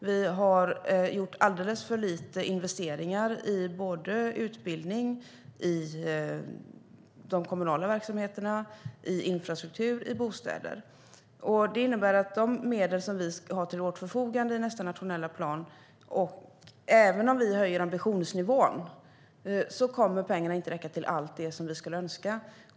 Det har skett alldeles för få investeringar i utbildning i de kommunala verksamheterna, i infrastruktur och i bostäder. Det innebär att de pengar som finns till förfogande i nästa nationella plan, även om ambitionsnivån höjs, inte kommer att räcka till allt som vi önskar.